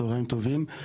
צוהריים טובים,